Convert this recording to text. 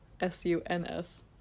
S-U-N-S